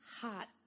hot